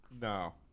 no